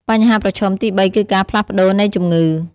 បញ្ហាប្រឈមទីបីគឺការផ្លាស់ប្តូរនៃជំងឺ។